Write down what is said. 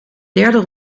derde